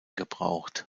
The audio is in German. gebraucht